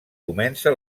comença